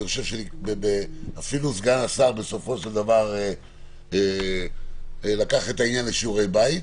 אני חושב שאפילו סגן השר בסופו של דבר לקח את העניין לשיעורי בית,